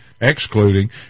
excluding